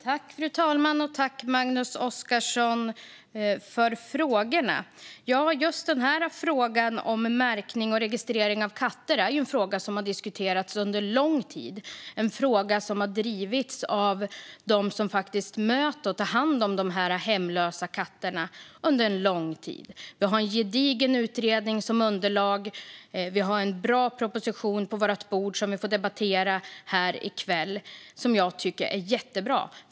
Fru talman! Tack, Magnus Oscarsson, för frågorna! Frågan om märkning och registrering av katter är en fråga som har diskuterats under lång tid. Det är en fråga som har drivits under lång tid av dem som faktiskt möter och tar hand om de hemlösa katterna. Vi har en gedigen utredning som underlag. Vi har en bra proposition på vårt bord, som vi får debattera här i kväll. Jag tycker att den är jättebra.